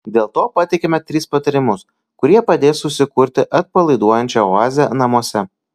dėl to pateikiame tris patarimus kurie padės susikurti atpalaiduojančią oazę namuose